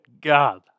God